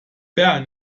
bern